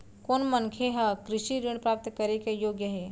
कोन मनखे ह कृषि ऋण प्राप्त करे के योग्य हे?